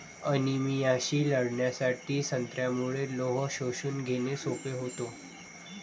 अनिमियाशी लढण्यासाठी संत्र्यामुळे लोह शोषून घेणे सोपे होते